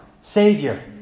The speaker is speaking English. Savior